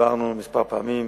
דיברנו כמה פעמים